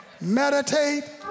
meditate